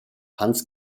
hans